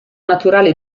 naturale